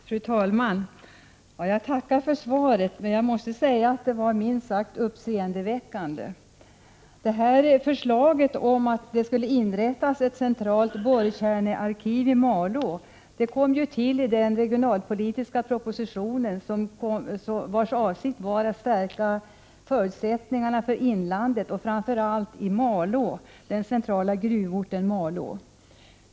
Fru talman! Jag tackar för svaret, men jag måste säga att det var minst sagt uppseendeväckande. Förslaget om att det skulle inrättas ett centralt borrkärnearkiv i Malå framfördes i den regionalpolitiska propositionen, och avsikten var att stärka förutsättningarna i inlandet och framför allt i den centrala gruvorten Malå.